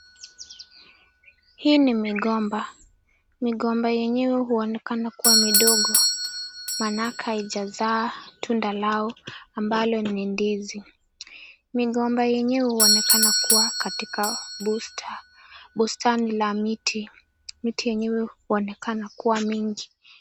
Hii ni migomba. Migomba yenyewe huonekana kuwa midogo manake ijazaa tunda lao ambalo ni ndizi. Migomba yenyewe huonekana kuwa katika bustani la miti. Miti yenyewe huonekana kuwa mingi.